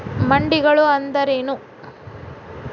ಮಂಡಿಗಳು ಅಂದ್ರೇನು?